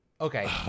Okay